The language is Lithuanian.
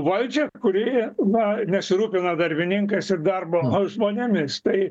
valdžią kuri va nesirūpina darbininkais ir darbo žmonėmis tai